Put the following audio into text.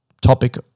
topic